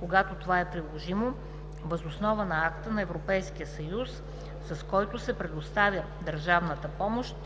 когато това е приложимо, въз основа на акта на Европейския съюз, с който се предоставя държавната помощ.